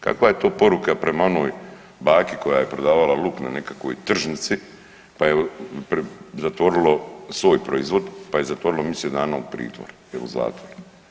Kakva je to poruka prema onoj baki koja je prodavala luk na nekakvoj tržnici pa je zatvorilo svoj proizvod, pa je zatvorilo misec dana u pritvor ili u zatvor.